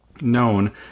known